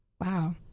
wow